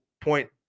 point